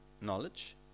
knowledge